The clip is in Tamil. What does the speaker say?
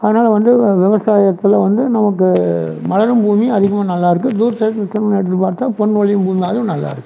அதனால் வந்து விவசாயத்தில் வந்து நமக்கு மலரும் பூமி அதிகமாக நல்லாயிருக்கு தூர்தர்ஷனில் எடுத்து பார்த்தா பொன் விளையும் பூமி அதுவும் நல்லாயிருக்கும்